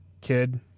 kid